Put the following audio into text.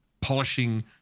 polishing